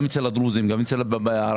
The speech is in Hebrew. גם אצל הדרוזים וגם אצל הערבים,